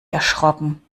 erschrocken